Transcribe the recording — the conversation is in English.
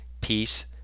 peace